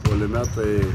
puolime tai